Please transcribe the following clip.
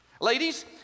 Ladies